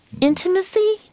Intimacy